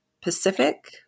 Pacific